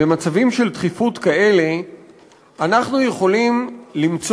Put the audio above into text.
במצבים כאלה של דחיפות,